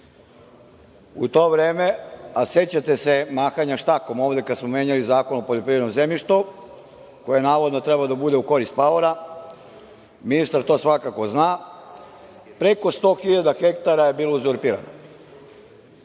U to vreme, a sećate se mahanja štakom ovde kada smo menjali Zakon o poljoprivrednom zemljištu koji je navodno trebao da bude u korist paora. Ministar to svakako zna. Preko 100 hiljada hektara je bilo uzurpirano.